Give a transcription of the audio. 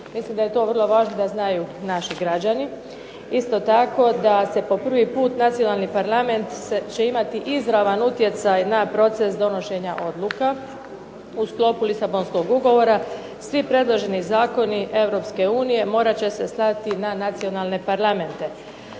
mislim da je to vrlo važno da znaju naši građani. Isto tako da se po prvi put nacionalni parlament će imati izravan utjecaj na proces donošenja odluka u sklopu LIsabonskog ugovora, svi predloženi zakoni Europske unije morat će se slati na nacionalne parlamente.